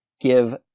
give